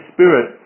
Spirit